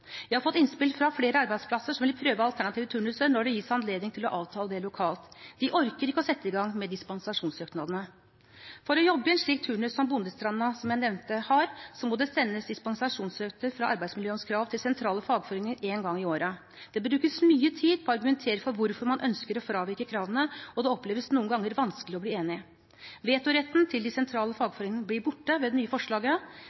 Vi har fått innspill fra flere arbeidsplasser som ville prøve alternative turnuser når det gis anledning til å avtale det lokalt. De orket ikke å sette i gang med dispensasjonssøknadene. For å jobbe i en slik turnus som Bondistranda – som jeg nevnte – har, må det sendes dispensasjonssøknad fra arbeidsmiljølovens krav til sentrale fagforeninger en gang i året. Det brukes mye tid på å argumentere for hvorfor man ønsker å fravike kravene, og det oppleves noen ganger vanskelig å bli enig. Vetoretten til de sentrale fagforeningene blir borte ved det nye forslaget.